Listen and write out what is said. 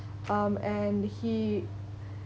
um and he